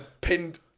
pinned